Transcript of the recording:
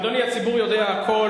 אדוני, הציבור יודע הכול.